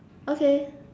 okay